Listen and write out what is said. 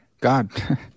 God